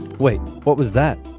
wait. what was that?